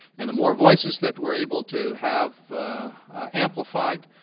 and the more voices that we're able to have amplified,